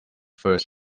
first